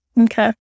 Okay